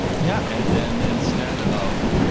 yeah. and then instead of.